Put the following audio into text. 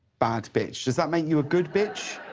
bad bitch? does that make you a good bitch?